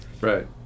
Right